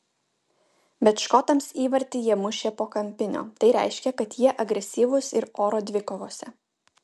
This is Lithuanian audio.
bet škotams įvartį jie mušė po kampinio tai reiškia kad jie agresyvūs ir oro dvikovose